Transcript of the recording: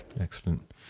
excellent